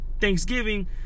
Thanksgiving